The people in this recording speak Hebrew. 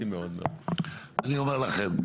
אני אומר לכם,